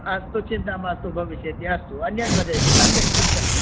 अस्तु चिन्ता मास्तु भविष्यति अस्तु अन्यत् वदेत् अन्यत् किं